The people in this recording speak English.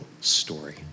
story